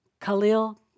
Khalil